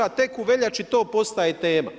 Tek u veljači to postaje tema.